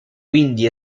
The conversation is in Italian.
quindi